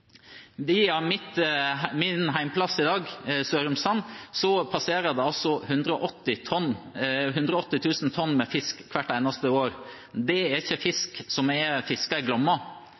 Via min hjemplass i dag, Sørumsand, passerer det 180 000 tonn med fisk hvert eneste år. Det er ikke fisk som er fisket i Glomma.